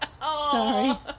Sorry